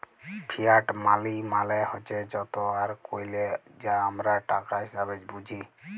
fiat মালি মালে হছে যত আর কইল যা আমরা টাকা হিসাঁবে বুঝি